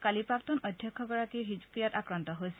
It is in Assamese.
কালি প্ৰাক্তন অধ্যক্ষগৰাকীৰ হৃদক্ৰিয়াত আক্ৰান্ত হৈছিল